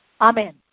Amen